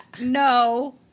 no